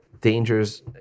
dangers